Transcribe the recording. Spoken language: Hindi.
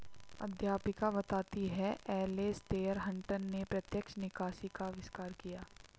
अध्यापिका बताती हैं एलेसटेयर हटंन ने प्रत्यक्ष निकासी का अविष्कार किया